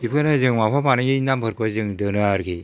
बेफोरनिफ्राय जों माफा मानैनि नामफोरखौ जों दानो आरोखि